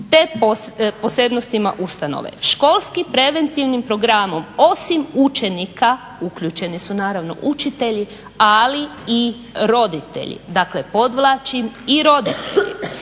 te posebnostima ustanove. Školskim preventivnim programom, osim učenika uključeni su naravno učitelji, ali i roditelji, dakle podvlačim i roditelji.